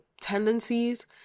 tendencies